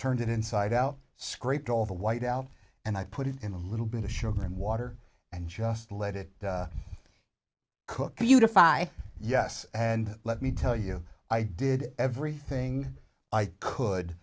turned it inside out scraped all the white out and i put it in a little bit of sugar and water and just let it cook a unified yes and let me tell you i did everything i could